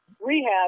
rehab